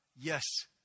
yes